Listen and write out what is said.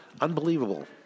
unbelievable